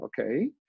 okay